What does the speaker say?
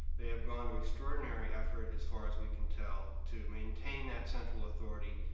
they have gone to extraordinary effort as far as we can tell to maintain that central authority,